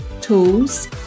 tools